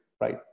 right